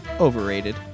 overrated